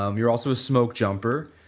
um you are also a smoke jumper,